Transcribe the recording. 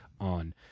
on